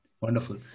Wonderful